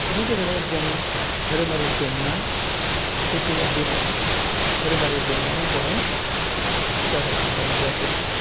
बेनि गेजेराव जें धोरोमारि जेंना जे गैया बे नङा धोरोमारि जेंनाबो बहाय जादोंमोन बा नुजाफैदोंमोन